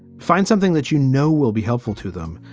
find something that you know will be helpful to them.